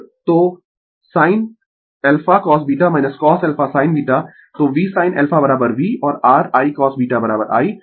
तो sin αcosβ cosα sin β तो V sin α V ' और r I cosβ I